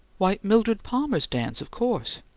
why, mildred palmer's dance, of course.